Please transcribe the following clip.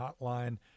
Hotline